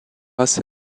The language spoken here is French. assez